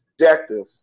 objective